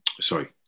sorry